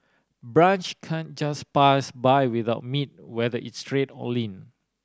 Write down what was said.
brunch can just pass by without meat whether it's red or lean